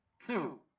to